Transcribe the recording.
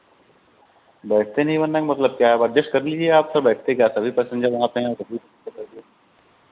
बैठते नहीं बन रहा है मतलब क्या है अब अडजेस्ट कर लीजिए आप तो बैठते क्या सभी पैसेन्जर वहाँ पे हैं सभी